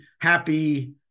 happy